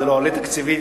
זה לא עולה תקציבית,